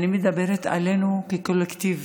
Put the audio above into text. אני מדברת עלינו כקולקטיב.